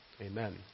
Amen